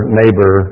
neighbor